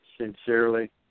sincerely